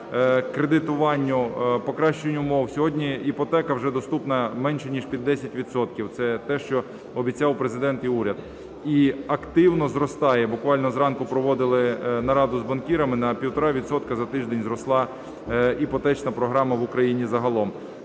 кредитуванню, покращенню умов. Сьогодні іпотека вже доступна менше ніж 10 відсотків. Це те, що обіцяв Президент і уряд. І активно зростає. Буквально зранку проводили нараду з банкірами, на півтора відсотка за тиждень зросла іпотечна програм в Україні загалом.